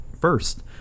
first